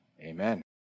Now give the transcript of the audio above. amen